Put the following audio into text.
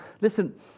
listen